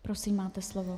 Prosím, máte slovo.